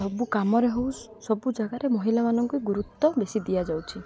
ସବୁ କାମରେ ହଉ ସବୁ ଜାଗାରେ ମହିଳାମାନଙ୍କୁ ଗୁରୁତ୍ୱ ବେଶୀ ଦିଆଯାଉଛି